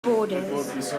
boarders